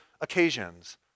occasions